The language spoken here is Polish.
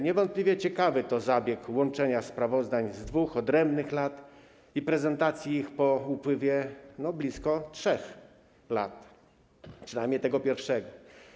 Niewątpliwie ciekawy to zabieg łączenia sprawozdań z 2 odrębnych lat, i prezentacji ich po upływie blisko 3 lat, przynajmniej tego pierwszego.